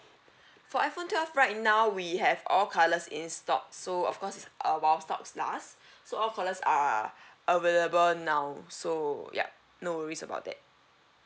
so iphone twelve right now we have all colours in stock so of course uh while stock last so all colours are available now so yup no worries about that